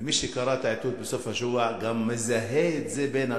ומי שקרא את העדות בסוף השבוע גם מזהה את זה בין השורות,